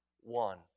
one